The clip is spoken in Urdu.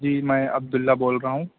جی میں عبد اللہ بول رہا ہوں